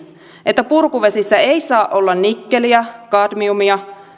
että purkuvesissä ei saa olla nikkeliä kadmiumia